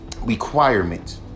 requirement